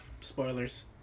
spoilers